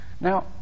Now